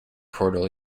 portal